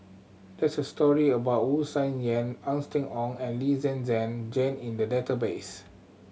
there's a story about Wu Tsai Yen Austen Ong and Lee Zhen Zhen Jane in the database